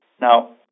Now